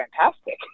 fantastic